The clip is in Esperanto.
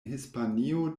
hispanio